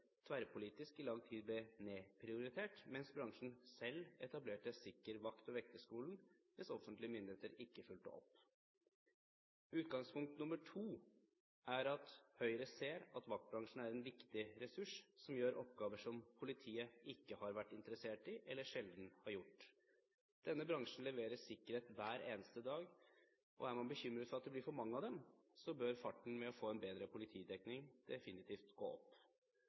tverrpolitisk i lang tid ble nedprioritert, mens bransjen selv etablerte Sikker Vakt og Vekterskolen, mens offentlige myndigheter ikke fulgte opp. Utgangspunkt nr. 2 er at Høyre ser at vaktbransjen er en viktig ressurs som gjør oppgaver som politiet ikke har vært interessert i, eller sjelden har gjort. Denne bransjen leverer sikkerhet hver eneste dag, og er man bekymret for at det blir for mange i bransjen, bør det å få en bedre politidekning definitivt gå